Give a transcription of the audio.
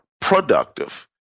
productive